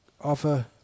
offer